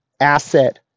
asset